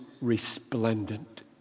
resplendent